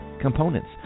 components